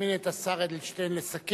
מזמין את השר אדלשטיין לסכם.